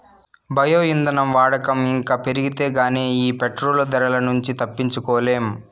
bio ఇంధనం వాడకం ఇంకా పెరిగితే గానీ ఈ పెట్రోలు ధరల నుంచి తప్పించుకోలేం